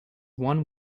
one